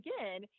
again